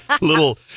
little